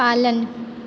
पालन